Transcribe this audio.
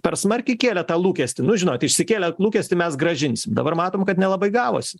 per smarkiai kėlė tą lūkestį nu žinot išsikėlę lūkestį mes grąžinsim dabar matom kad nelabai gavosi